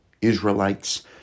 Israelites